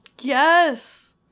Yes